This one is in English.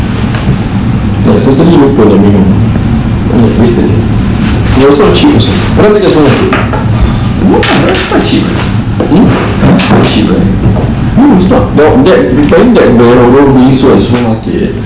like totally lupa nak minum it's not cheap also no it's not cheap no it's not apparently that brand orang beli kat supermarket like